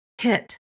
hit